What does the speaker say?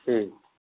ठीक